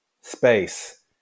space